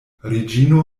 reĝino